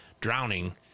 drowning